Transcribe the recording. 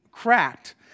cracked